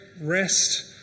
rest